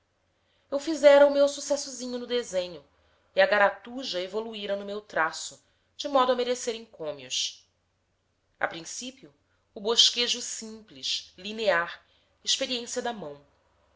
eu fizera o meu sucessozinho no desenho e a garatuja evoluíra no meu traço de modo a merecer encômios a principio o bosquejo simples linear experiência da mão